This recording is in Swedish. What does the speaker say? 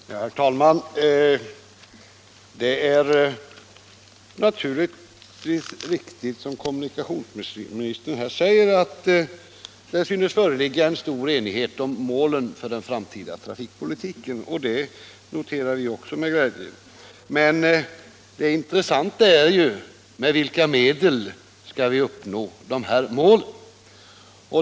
Herr talman! Det är naturligtvis riktigt som kommunikationsministern säger att det synes föreligga stor enighet om målen för den framtida trafikpolitiken. Även vi noterar detta med glädje. Men det intressanta är ju med vilka medel vi tänker uppnå målen.